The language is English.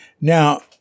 Now